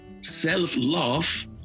self-love